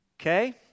okay